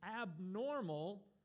abnormal